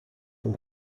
from